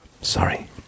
sorry